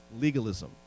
legalism